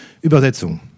Übersetzung